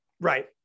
right